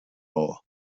hall